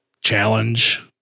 challenge